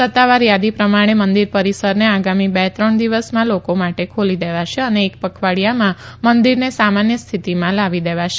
સત્તાવાર યાદી પ્રમાણે મંદિર પરિસરને આગામી બે ત્રણ દિવસમાં લોકો માટે ખોલી દેવાશે અને એક પખવાડિયામાં મંદિરને સામાન્ય સ્થિતિમાં લાવી દેવાશે